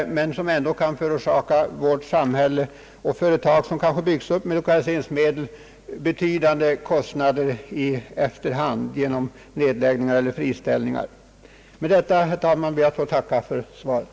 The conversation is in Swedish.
Eljest kan ju följden bli avsevärda kostnader i efterhand för vårt samhälle genom att företag, som kanske byggs upp med lokaliseringsmedel, måste läggas ned eller tvingas till friställningar. Med detta, herr talman, ber jag att få tacka för svaret.